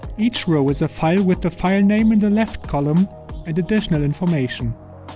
each row is a file with the file name in the left column and additional information.